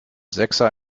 sechser